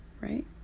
right